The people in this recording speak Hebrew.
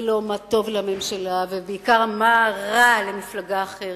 ולא מה טוב לממשלה ובעיקר מה רע למפלגה אחרת.